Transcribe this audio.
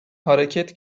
hareket